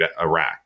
Iraq